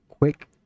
Quick